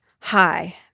Hi